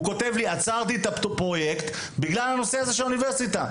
הוא כותב לי עצרתי את הפרויקט בגלל הנושא הזה של האוניברסיטה.